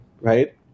right